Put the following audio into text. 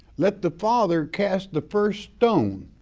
let the father cast the first stone